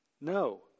No